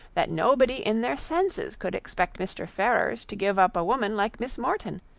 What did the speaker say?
that nobody in their senses could expect mr. ferrars to give up a woman like miss morton,